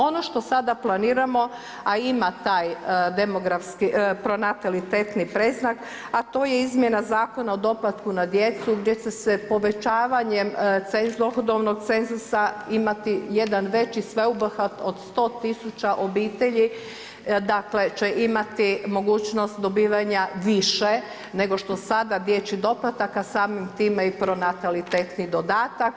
Ono što sada planiramo, a ima taj demografski, pronatalitetni predznak, a to je izmjena Zakona o doplatku na djecu gdje će se povećavanjem dohodovnog cenzusa imati jedan veći sveobuhvatni, od sto tisuća obitelji, dakle će imati mogućnost dobivanja više nego što je sada dječji doplatak, a samim time i pronatalitetni dodatak.